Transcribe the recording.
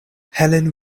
helene